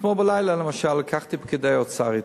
אתמול בלילה, למשל, לקחתי פקיד אוצר אתי,